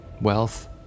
wealth